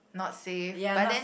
not safe but then